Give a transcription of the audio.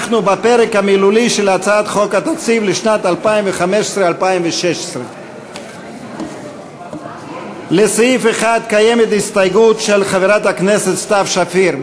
אנחנו בפרק המילולי של הצעת חוק התקציב לשנים 2015 2016. לסעיף 1 קיימת הסתייגויות של חברת הכנסת סתיו שפיר.